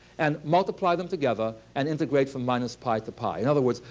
and multiply them together, and integrate from minus pi to pi. in other words,